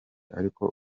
ariko